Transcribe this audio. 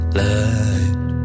light